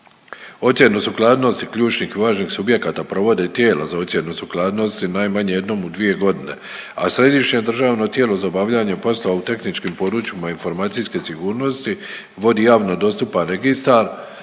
Ocjenu sukladnosti ključnih i važnih subjekata provode tijelo za ocjenu sukladnosti najmanje jednom u 2 godine, a središnje državno tijelo za obavljanje poslova u tehničkim područjima informacijske sigurnosti vodi javno dostupan registar